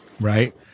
right